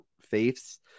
faiths